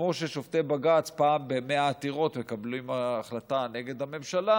כמו ששופטי בג"ץ פעם ב-100 עתירות מקבלים החלטה נגד הממשלה,